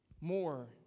more